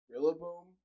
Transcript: Rillaboom